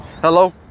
Hello